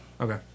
Okay